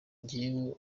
njyewe